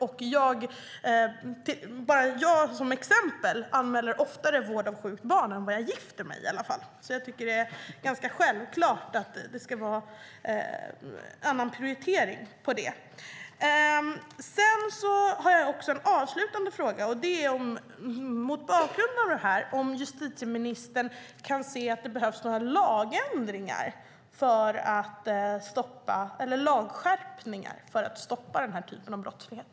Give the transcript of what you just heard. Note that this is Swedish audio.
Jag kan ta mig själv som exempel. Jag anmäler oftare vård av sjukt barn än jag gifter mig. Jag tycker att det är ganska självklart att det ska vara en annan prioritering av det. Jag har en avslutande fråga: Ser justitieministern mot bakgrund av detta att det behövs några lagskärpningar för att stoppa den här typen av brottslighet?